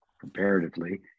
comparatively